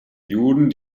juden